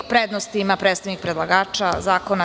Prednost ima predstavnik predlagača zakona.